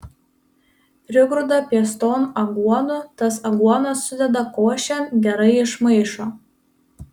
prigrūda pieston aguonų tas aguonas sudeda košėn gerai išmaišo